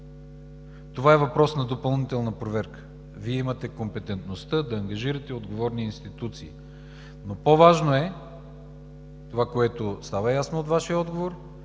Това е въпрос на допълнителна проверка. Вие имате компетентността да ангажирате отговорни институции. По-важно е това, което стана ясно от Вашия отговор,